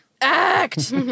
Act